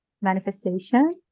manifestation